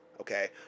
okay